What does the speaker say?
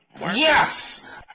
Yes